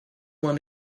one